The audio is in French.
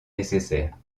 nécessaires